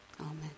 amen